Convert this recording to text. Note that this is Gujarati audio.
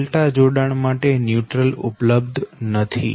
ડેલ્ટા જોડાણ માટે ન્યુટ્રલ ઉપલબ્ધ નથી